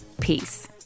Peace